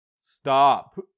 stop